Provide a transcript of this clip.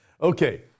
okay